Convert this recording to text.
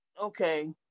okay